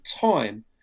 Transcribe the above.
time